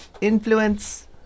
influence